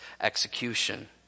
execution